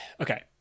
Okay